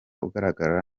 ugaragara